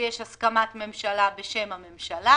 שיש הסכמת ממשלה בשם הממשלה,